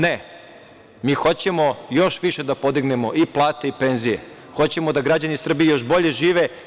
Ne, mi hoćemo još više da podignemo i plate i penzije, hoćemo da građani Srbije još bolje žive.